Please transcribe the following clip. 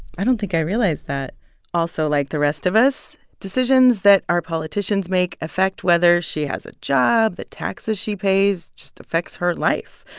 i don't think i realized that also like the rest of us, decisions that our politicians make affect whether she has a job, the taxes she pays just affects her life.